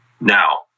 Now